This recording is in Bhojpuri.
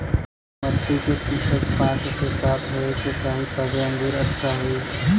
मट्टी के पी.एच पाँच से सात होये के चाही तबे अंगूर अच्छा होई